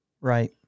Right